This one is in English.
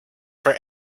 for